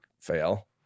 fail